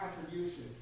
contribution